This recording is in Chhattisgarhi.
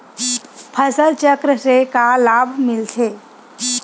फसल चक्र से का लाभ मिलथे?